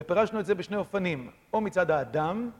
פירשנו את זה בשני אופנים, או מצד האדם.